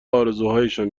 آرزوهایشان